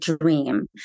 dream